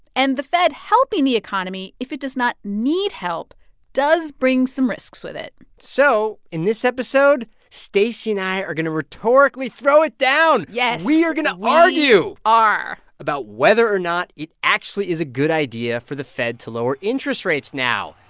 and the fed helping the economy if it does not need help does bring some risks with it so in this episode, stacey and i are going to rhetorically throw it down yes we are going to argue. we are. about whether or not it actually is a good idea for the fed to lower interest rates now.